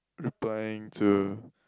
replying to